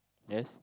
yes